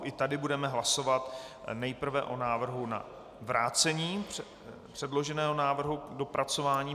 I tady budeme hlasovat nejprve o návrhu na vrácení předloženého návrhu k dopracování.